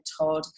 Todd